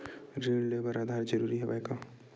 ऋण ले बर आधार जरूरी हवय का?